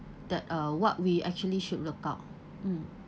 that uh what we actually should look out mm